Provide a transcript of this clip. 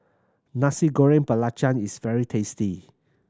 Nasi Goreng Belacan is very tasty